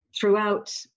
throughout